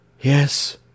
Yes